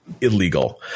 illegal